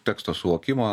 teksto suvokimo